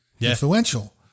influential